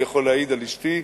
אני יכול להעיד על אשתי,